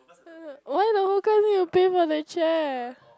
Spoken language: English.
why the whole class need to pay for the chair